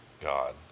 God